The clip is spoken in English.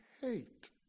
hate